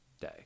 day